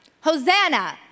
Hosanna